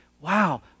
wow